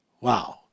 Wow